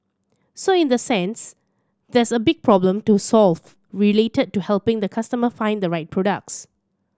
so in the sense there's a big problem to solve related to helping the customer find the right products